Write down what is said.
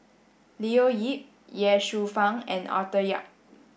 Leo Yip Ye Shufang and Arthur Yap